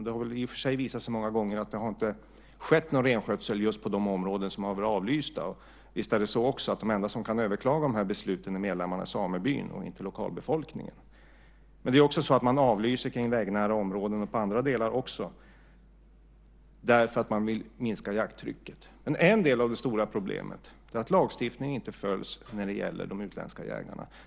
Det har i och för sig många gånger visat sig att det inte har skett någon renskötsel just på de områden som har varit avlysta. Visst är det också så att den enda som kan överklaga besluten är medlemmarna i samebyn, och inte lokalbefolkningen. Men man avlyser också vägnära områden och andra delar därför att man vill minska jakttrycket. En annan del av det stora problemet är att lagstiftningen inte följs när det gäller de utländska jägarna.